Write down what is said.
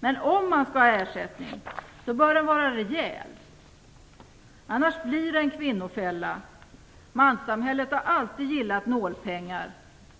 Men om man skall ha ersättning bör den vara rejäl. Annars blir det en kvinnofälla. Manssamhället har alltid gillat nålpengar.